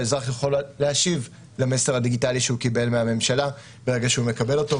האזרח יכול להשיב למסר הדיגיטלי שהוא קיבל מהממשלה ברגע שהוא מקבל אותו,